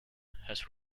has